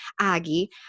Aggie